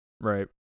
Right